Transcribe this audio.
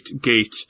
gate